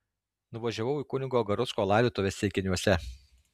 nuvažiavau į kunigo garucko laidotuves ceikiniuose